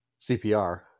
CPR